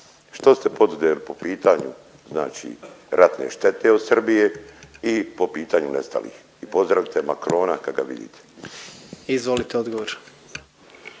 Što ste poduzeli po pitanju znači ratne štete od Srbije i po pitanju nestalih? I pozdravite Macrona kad ga vidite. **Jandroković,